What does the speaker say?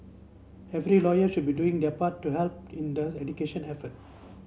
every lawyer should be doing their part to help in the education effort